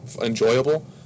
enjoyable